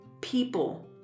People